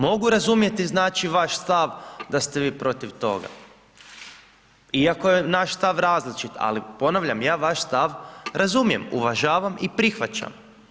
Mogu razumjeti vaš stav da ste vi protiv toga, iako je naš stav različit, ali ponavljam, ja vaš stav razumijem, uvažavam i prihvaćam.